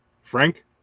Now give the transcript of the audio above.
Frank